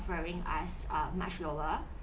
offering us uh much lower